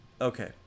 Okay